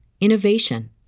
innovation